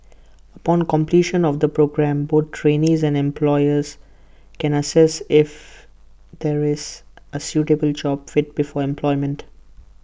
upon completion of the programme both trainees and employers can assess if there is A suitable job fit before employment